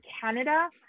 Canada